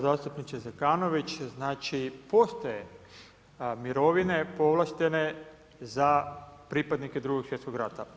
Zastupniče Zekanović, znači postoje mirovine povlaštene za pripadnike 2. svjetskog rata.